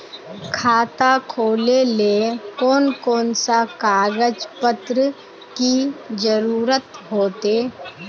खाता खोलेले कौन कौन सा कागज पत्र की जरूरत होते?